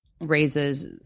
raises